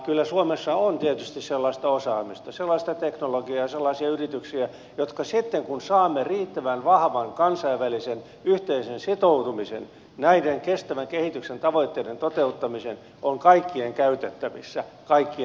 kyllä suomessa on tietysti sellaista osaamista sellaista teknologiaa ja sellaisia yrityksiä jotka sitten kun saamme riittävän vahvan kansainvälisen yhteisen sitoutumisen näiden kestävän kehityksen tavoitteiden toteuttamiseen ovat kaikkien käytettävissä kaikkien eduksi